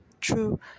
true